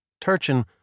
Turchin